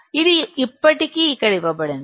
ఇది ఇప్పటికే ఇక్కడ ఇవ్వబడింది